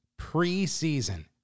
preseason